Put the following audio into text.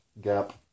gap